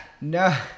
No